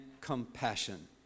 compassion